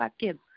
kids